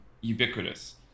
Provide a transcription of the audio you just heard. ubiquitous